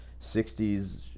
60s